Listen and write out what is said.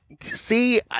See